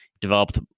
developed